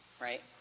right